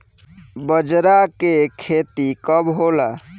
बजरा के खेती कब होला?